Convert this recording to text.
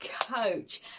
coach